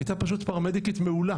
היא הייתה פשוט פרמדקית מעולה